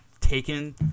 taken –